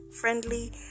friendly